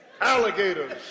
alligators